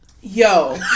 Yo